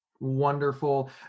Wonderful